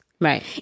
Right